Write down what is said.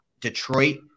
Detroit